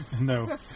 No